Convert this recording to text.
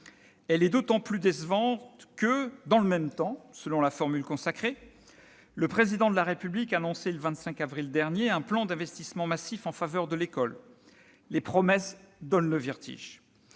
Elle est d'autant plus décevante que, dans le même temps, selon la formule consacrée, le Président de la République annonçait, le 25 avril dernier, un plan d'investissement massif en faveur de l'école. Les promesses donnent le vertige